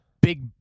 big